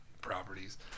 properties